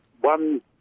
one